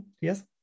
yes